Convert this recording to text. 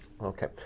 Okay